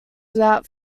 without